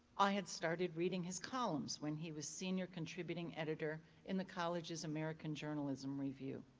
i had started reading his columns when he was senior contributing editor in the college's american journalism review.